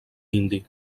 indi